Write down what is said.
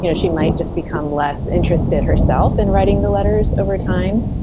you know she might just become less interested herself in writing the letters over time,